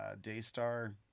daystar